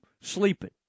sleeping